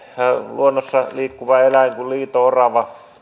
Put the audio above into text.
luonnossa liikkuva eläin kuin liito orava